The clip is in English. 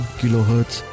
kilohertz